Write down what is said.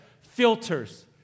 filters